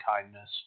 kindness